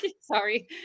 sorry